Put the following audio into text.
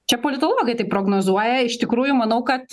čia politologai taip prognozuoja iš tikrųjų manau kad